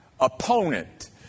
Opponent